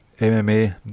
MMA